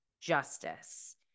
justice